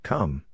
Come